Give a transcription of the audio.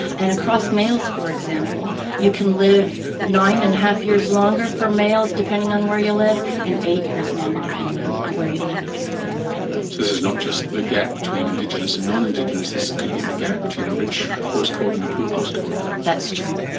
and across males for example you can live nine. five years longer for males depending on where you live, and eight years longer depending on where you live if you're female. so this is not just the gap between indigenous and non-indigenous, this could be the gap between a rich postcode and a poor postcode. that's true.